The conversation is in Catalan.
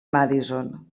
madison